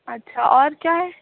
اچھا اور کیا ہے